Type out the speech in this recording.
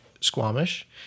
Squamish